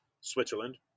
Switzerland